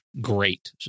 great